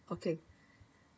okay